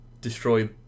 destroy